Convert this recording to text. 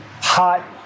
hot